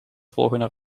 volgende